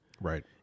right